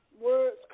words